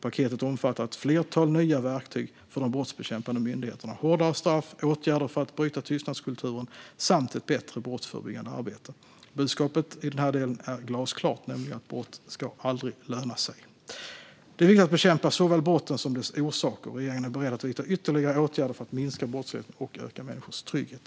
Paketet omfattar ett flertal nya verktyg för de brottsbekämpande myndigheterna, hårdare straff, åtgärder för att bryta tystnadskulturen samt ett bättre brottsförebyggande arbete. Budskapet är glasklart - brott ska aldrig löna sig. Det är viktigt att bekämpa såväl brotten som deras orsaker. Regeringen är beredd att vidta ytterligare åtgärder för att minska brottsligheten och öka människors trygghet.